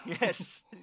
Yes